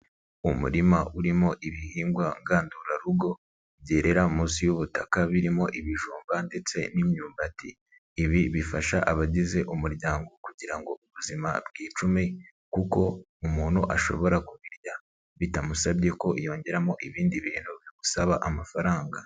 Umurima urimo ibihingwa ngandurarugo byerera munsi y'ubutaka birimo ibijumba ndetse n'imyumbati, ibi bifasha abagize umuryango kugira ngo ubuzima bwicume kuko umuntu ashobora kubirya bitamusabye ko yongeramo ibindi bintu bigusaba amafaranga.